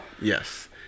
Yes